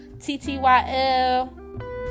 T-T-Y-L